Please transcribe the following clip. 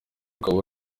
rukaba